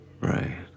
Right